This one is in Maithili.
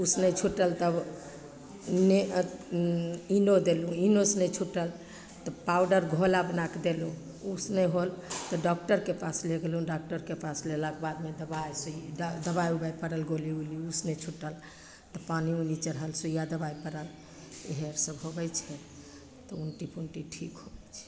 ओहिसे नहि छुटल तब ने इनो देलहुँ तब इनोसे नहि छुटल तब पाउडर घोला बनाके देलहुँ ओहिसे नहि होल तऽ डाकटरके पास लै गेलहुँ डाकटरके पास गेलाके बादमे दवाइ सुइआ दवाइ उवाइ पड़ल गोली उली ओहिसे नहि छुटल तऽ पानी उनी चढ़ल सुइआ दवाइ पड़ल इएह आओर सब होबै छै तऽ उल्टी पुल्टी ठीक होबै छै